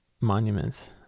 monuments